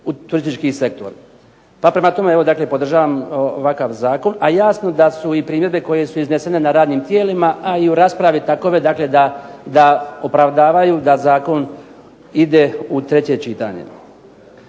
u turistički sektor. Pa prema tome evo dakle podržavam ovakav zakon, a jasno da su i primjedbe koje su iznesene na radnim tijelima, a i u raspravi takve da opravdavaju da zakon ide u treće čitanje.